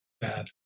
bad